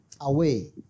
away